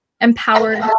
empowered